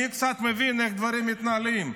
אני קצת מבין איך דברים מתנהלים.